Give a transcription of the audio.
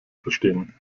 verstehen